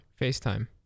Facetime